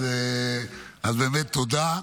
אז באמת תודה.